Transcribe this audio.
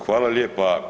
Hvala lijepa.